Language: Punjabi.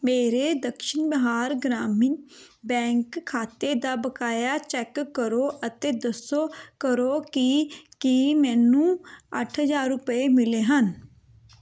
ਮੇਰੇ ਦਕਸ਼ਿਨ ਬਿਹਾਰ ਗ੍ਰਾਮੀਣ ਬੈਂਕ ਖਾਤੇ ਦਾ ਬਕਾਇਆ ਚੈੱਕ ਕਰੋ ਅਤੇ ਦੱਸੋ ਕਰੋ ਕੀ ਕੀ ਮੈਨੂੰ ਅੱਠ ਹਜ਼ਾਰ ਰੁਪਏ ਮਿਲੇ ਹਨ